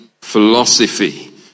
philosophy